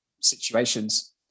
situations